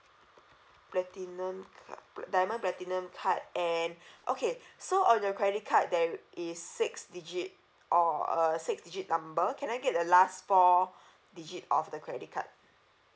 platinum card pl~ diamond platinum card and okay so on your credit card there is six digit or a six digit number can I get the last four digit of the credit card